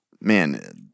man